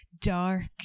dark